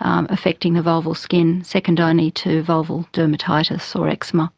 affecting the vulval skin, second only to vulval dermatitis or eczema.